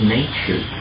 nature